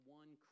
one